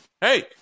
hey